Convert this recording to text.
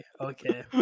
okay